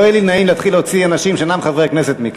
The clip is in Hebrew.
לא יהיה לי נעים להתחיל להוציא מכאן אנשים שאינם חברי כנסת.